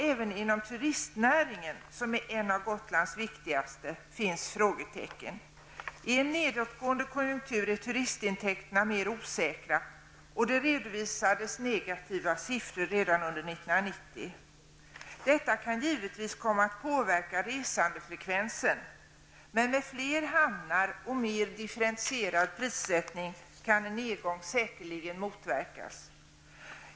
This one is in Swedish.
Även inom turistnäringen, som är en av Gotlands viktigaste, finns det frågetecken. I en nedåtgående konjunktur är turistintäkterna mer osäkra, och det redovisades vissa negativa siffror redan under 1990. Dett kan givetvis komma att påverka resandefrekvensen, men med fler hamnar och mer differientierad prissättning kan en nedgång säkerligen motverkas.